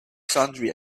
sundry